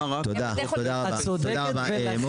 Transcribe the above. את צודקת ולכן אנחנו לא מבטלים את חופש הבחירה.